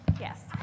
Yes